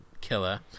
killer